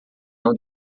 não